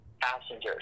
passengers